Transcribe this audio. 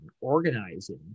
organizing